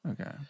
Okay